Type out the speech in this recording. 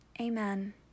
Amen